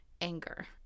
anger